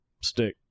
stick